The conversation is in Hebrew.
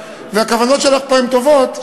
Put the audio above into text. והכוונות שלך פה טובות,